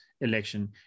election